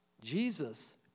Jesus